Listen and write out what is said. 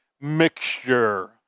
mixture